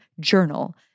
journal